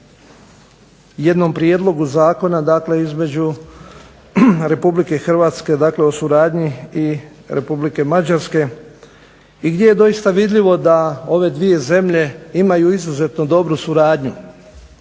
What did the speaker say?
jednom prijedlogu zakona. Dakle, između Republike Hrvatske dakle o suradnji i Republike Mađarske i gdje je doista vidljivo da ove dvije zemlje imaju izuzetno dobru suradnju